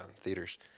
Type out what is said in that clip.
theaters